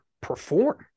perform